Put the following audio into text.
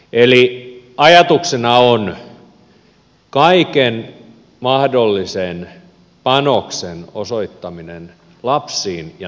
eli ajatuksena on kaiken mahdollisen panoksen osoittaminen lapsiin ja nuoriin